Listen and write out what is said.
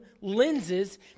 lenses